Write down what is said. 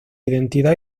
identidad